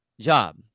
job